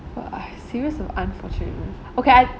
uh I a series of unfortunate okay I